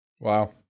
Wow